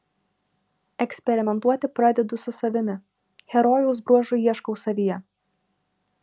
eksperimentuoti pradedu su savimi herojaus bruožų ieškau savyje